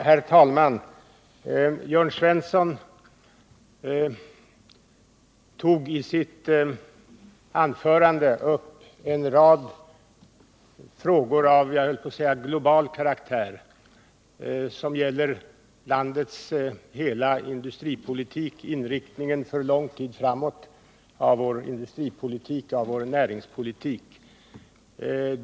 Herr talman! Jörn Svensson tog i sitt anförande upp en rad frågor av, skulle jag vilja säga, global karaktär, som gäller inriktningen för lång tid framåt av vår näringspolitik.